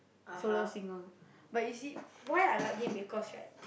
solo singer but you see why I like him because right